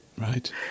Right